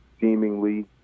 seemingly